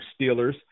Steelers